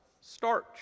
starch